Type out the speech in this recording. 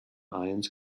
ions